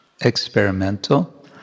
experimental